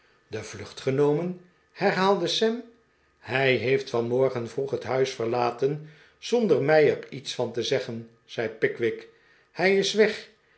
de vlucht genomen herhaalde sam l hij heeft vanmorgen vroeg het huis verlaten zonder mij er iets van te zeggen zei pickwick hij is weg